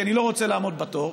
כי אני לא רוצה לעמוד בתור.